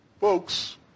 Folks